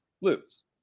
lose